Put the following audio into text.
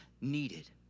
needed